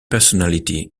personality